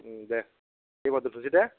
ओं दे होनबा दोनथ'नोसै दे